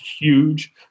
huge